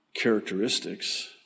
characteristics